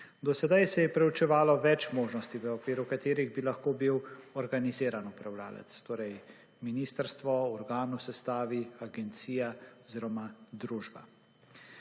Do sedaj se je preučevalo več možnosti, v okviru katerih bi lahko bil organiziran upravljavec, torej ministrstvo, organ v sestavi, agencija oziroma družba.